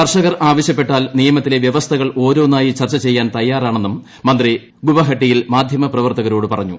കർഷ്കർ ആവശ്യപ്പെട്ടാൽ നിയമത്തിലെ വ്യവസ്ഥകൾ ഓരോന്നായ്യി ്ചർച്ച ചെയ്യാൻ തയ്യാറാണെന്നും മന്ത്രി ഗുവഹട്ടിയിൽ മാധ്യമ പ്രവർത്തകരോട് പറഞ്ഞു